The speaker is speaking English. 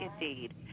indeed